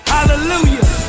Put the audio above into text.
Hallelujah